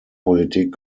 politik